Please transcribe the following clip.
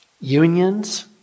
unions